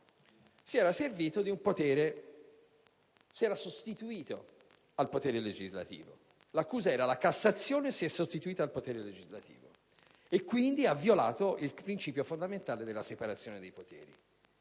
si era così sostituta al potere legislativo. L'accusa era che la Cassazione si era sostituta al potere legislativo e aveva quindi violato il principio fondamentale della separazione dei poteri.